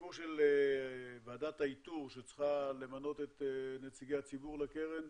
הסיפור של ועדת האיתור שצריכה למנות את נציגי הציבור לקרן,